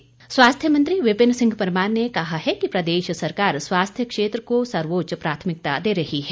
परमार स्वास्थ्य मंत्री विपिन सिंह परमार ने कहा है कि प्रदेश सरकार स्वास्थ्य क्षेत्र को सर्वोच्च प्राथमिकता दे रही है